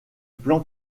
plan